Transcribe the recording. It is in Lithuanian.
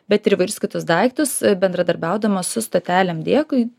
bet ir įvairius kitus daiktus bendradarbiaudama su stotelėm dėkui